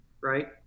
right